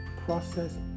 process